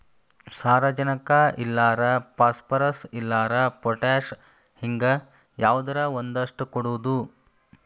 ಸಾರಜನಕ ಇಲ್ಲಾರ ಪಾಸ್ಪರಸ್, ಇಲ್ಲಾರ ಪೊಟ್ಯಾಶ ಹಿಂಗ ಯಾವದರ ಒಂದಷ್ಟ ಕೊಡುದು